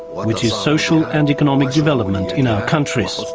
which is social and economic development in our countries.